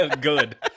good